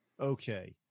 Okay